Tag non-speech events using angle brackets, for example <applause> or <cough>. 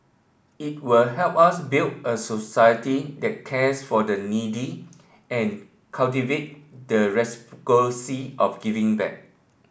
it will help us build a society that cares for the needy and cultivate the <unintelligible> of giving back